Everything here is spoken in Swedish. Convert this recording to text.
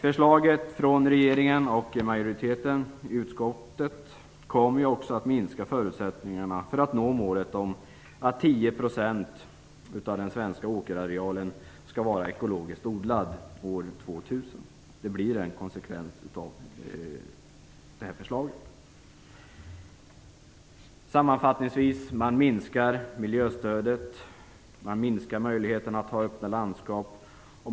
Förslaget från regeringen och majoriteten i jordbruksutskottet kommer att minska förutsättningarna för att vi skall nå målet att 10 % av den svenska åkerarealen skall vara ekologiskt odlad år 2000. Det är konsekvensen av förslaget. Sammanfattningsvis: Man minskar miljöstödet. Man minskar möjligheten till öppna landskap.